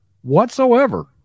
whatsoever